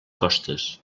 costes